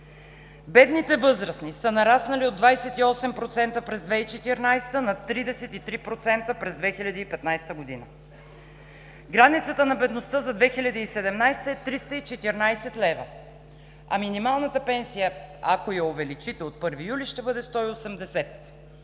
Бедните възрастни са нараснали от 28% през 2014 г. на 33% през 2015 г. Границата на бедността за 2017 г. е 314 лв., а минималната пенсия, ако я увеличите от 1 юли, ще бъде 180 лв.